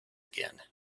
again